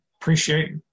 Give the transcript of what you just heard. appreciate